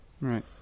right